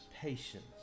patience